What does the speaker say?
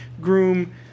groom